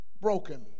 broken